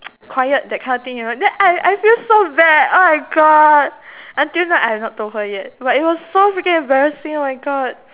quiet that kind of thing you know then I I feel so bad oh my god until now I have not told her yet but it was so freaking embarrassing oh my god